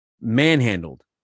manhandled